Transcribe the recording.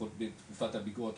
לפחות בתקופת הביקורת,